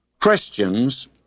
Christians